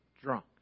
drunk